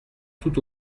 tout